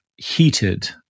heated